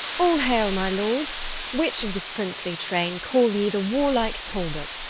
all hayle, my lords which of this princely trayne call ye the warlike talbot,